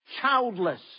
Childless